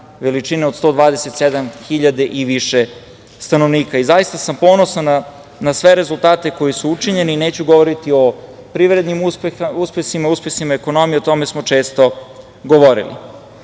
veličine od 127 hiljada i više stanovnika. Zaista sam ponosan na sve rezultate koji su učinjeni. Neću govoriti o privrednim uspesima, uspesima ekonomije, o tome smo često govorili. Kako